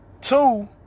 two